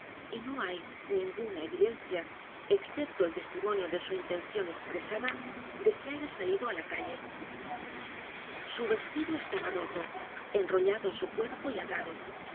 y no hay ninguna evidencia excepto el testimonio de su intención expresada de que haya salido á la calle su vestido estaba roto enrollado á su cuerpo y atado